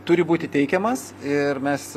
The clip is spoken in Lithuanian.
turi būti teikiamas ir mes